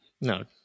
no